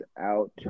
out